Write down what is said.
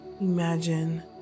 Imagine